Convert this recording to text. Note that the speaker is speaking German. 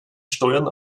steuern